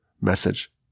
message